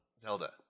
Zelda